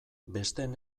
besteen